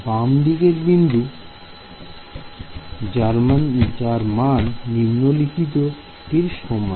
বাম দিকের বিন্দুটি জার্মান নিম্নলিখিত টির সমান